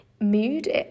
Mood